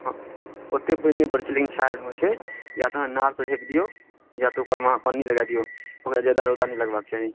हँ ओतेक पानि नहि पड़ै छै लेकिन छाहरिमे होइ छै या तऽ अहाँ नारसँ झाँपि दियौ या तऽ ऊपरमे अहाँ पन्नी लगा दियौ ओकरा ज्यादा रौदा नहि लगबाक चाही